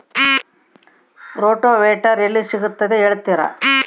Rotavator ಎಲ್ಲಿ ಸಿಗುತ್ತದೆ ಹೇಳ್ತೇರಾ?